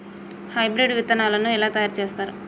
Hybrid విత్తనాలను ఎలా తయారు చేస్తారు?